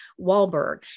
Wahlberg